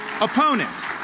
opponents